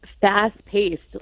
fast-paced